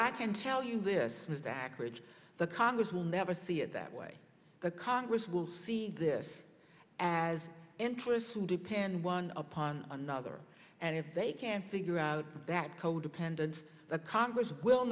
i can tell you this was back ridge the congress will never see it that way the congress will see this as interest to depend one upon another and if they can't figure out that codependents the congress will